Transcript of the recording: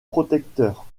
protecteurs